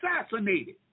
assassinated